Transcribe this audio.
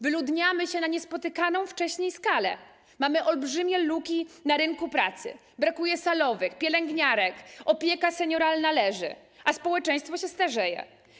Wyludniamy się na niespotykaną wcześniej skalę, mamy olbrzymie luki na rynku pracy, brakuje salowych, pielęgniarek, opieka senioralna leży, a społeczeństwo się starzeje.